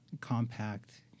compact